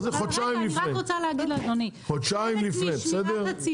אז זה חודשיים לפני, חודשיים לפני בסדר?